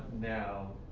now?